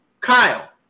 Kyle